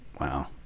Wow